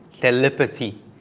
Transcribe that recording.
telepathy